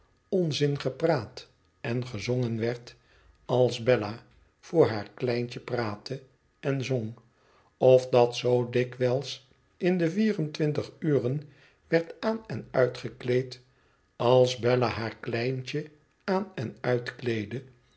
onzin gepraat en gezongen werd als bella voor haar kleintje praatte en zong of dat zoo dikwijls in de vier en twintig uren werd aan en uitgekleed als bella haar kleintje aan en